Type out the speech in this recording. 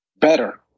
Better